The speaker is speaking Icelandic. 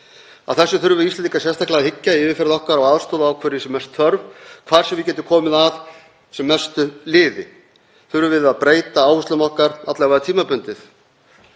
Að þessu þurfum við Íslendingar sérstaklega að hyggja í yfirferð okkar á aðstoð og á hverju sé mest þörf, hvar við getum komið að sem mestu liði. Þurfum við að breyta áherslum okkar, alla vega tímabundið?